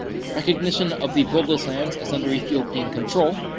recognition of the bogos lands as under ethiopian control.